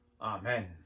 Amen